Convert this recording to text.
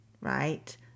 right